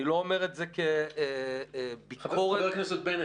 אני לא אומר את זה כביקורת --- חבר הכנסת בנט,